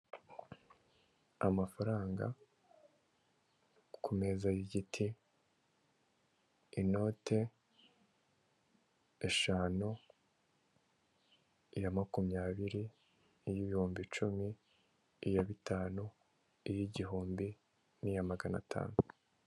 Amafaranga ari ku meza y'igiti inote eshanu, iya makumyabiri, iy'ibihumbi cumi, iya bitanu iy'igihumbi n'iya magana atanu.